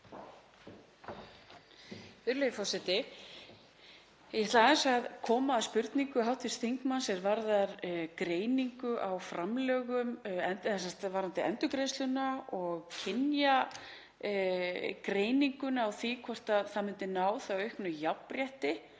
aðeins að koma að spurningu hv. þingmanns er varðar greiningu á framlögum varðandi endurgreiðsluna og kynjagreiningu á því hvort það myndi þá ná auknu jafnrétti.